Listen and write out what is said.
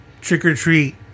trick-or-treat